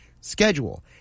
schedule